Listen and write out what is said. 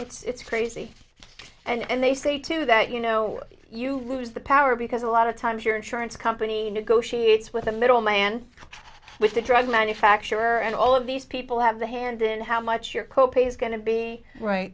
done it's crazy and they say too that you know you lose the power because a lot of times your insurance company negotiates with a middleman with the drug manufacturer and all of these people have to hand in how much your co pay is going to be right